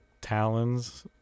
talons